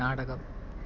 നാടകം